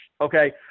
Okay